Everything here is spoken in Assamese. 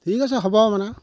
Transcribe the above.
ঠিক আছে হ'ব মানে